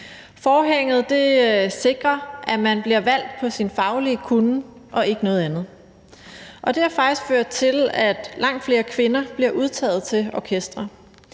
Forhænget sikrer, at man bliver valgt på sin faglige kunnen og ikke på noget andet, og det har faktisk ført til, at langt flere kvinder bliver udtaget til orkestre.